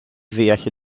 ddeall